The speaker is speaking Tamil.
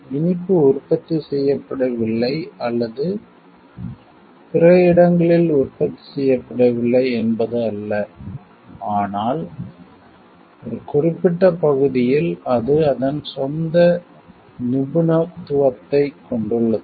இனிப்பு உற்பத்தி செய்யப்படவில்லை அல்லது பிற இடங்களில் உற்பத்தி செய்யப்படவில்லை என்பது அல்ல ஆனால் ஒரு குறிப்பிட்ட பகுதியில் அது அதன் சொந்த நிபுணத்துவத்தைக் கொண்டுள்ளது